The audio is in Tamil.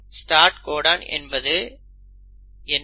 ஸ்டார்ட் கோடன் என்பது என்ன